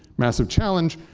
massive challenge.